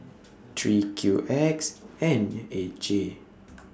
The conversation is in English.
three Q X N eight J